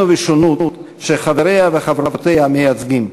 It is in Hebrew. ובשונוּת שחבריה וחברותיה מייצגים.